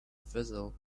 vessel